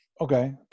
Okay